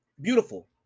beautiful